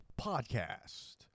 Podcast